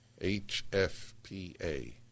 HFPA